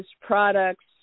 products